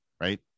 right